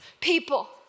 people